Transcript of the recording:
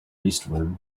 eastward